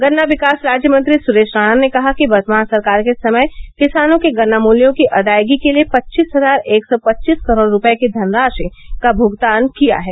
गन्ना विकास राज्य मंत्री सुरेश राणा ने कहा कि वर्तमान सरकार के समय किसानों के गन्ना मूल्यों की अदायगी के लिए पचीस हजार एक सौ पचीस करोड़ रूपये की धनराशि का भुगतान किया है